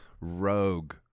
rogue